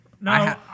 no